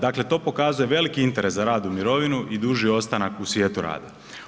Dakle to pokazuje veliki interes za rad u mirovini i duži ostanak u svijetu rada.